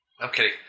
Okay